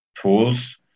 tools